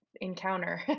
encounter